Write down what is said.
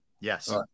Yes